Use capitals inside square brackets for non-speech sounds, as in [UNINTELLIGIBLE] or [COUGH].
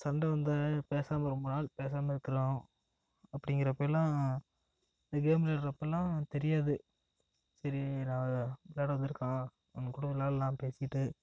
சண்டை வந்தால் பேசாமல் ரொம்ப நாள் பேசாமல் இருக்கிறோம் அப்படிங்கிறப்பயெல்லாம் இந்த கேம் விளாட்றப்பல்லாம் தெரியாது சரி [UNINTELLIGIBLE] விளாட வந்துருக்கான் அவன் கூட விளாடலாம் பேசிகிட்டு